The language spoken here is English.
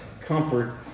comfort